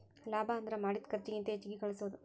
ಲಾಭ ಅಂದ್ರ ಮಾಡಿದ್ ಖರ್ಚಿಗಿಂತ ಹೆಚ್ಚಿಗಿ ಗಳಸೋದು